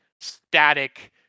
static